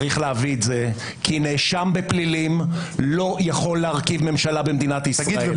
צריך להביא את זה כי נאשם בפלילים לא יכול להרכיב ממשלה במדינת ישראל.